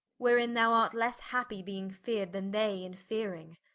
wherein thou art lesse happy, being fear'd, then they in fearing.